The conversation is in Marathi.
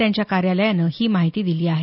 त्यांच्या कार्यालयानं ही माहिती दिली आहे